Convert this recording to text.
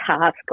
task